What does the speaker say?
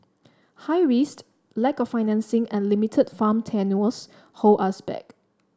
high risks lack of financing and limited farm tenures hold us back